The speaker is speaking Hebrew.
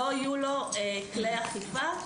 לא יהיו לו כלי אכיפה,